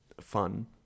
fun